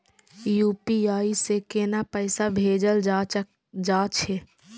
UPI से केना पैसा भेजल जा छे?